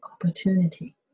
opportunity